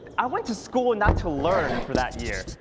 i went to school not to learn for that year,